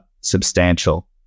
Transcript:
substantial